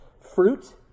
fruit